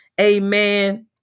amen